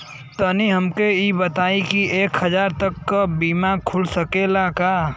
तनि हमके इ बताईं की एक हजार तक क बीमा खुल सकेला का?